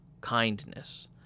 kindness